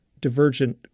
divergent